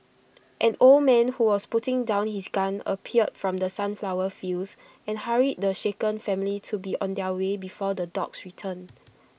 an old man who was putting down his gun appeared from the sunflower fields and hurried the shaken family to be on their way before the dogs return